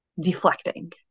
deflecting